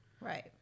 Right